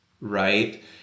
right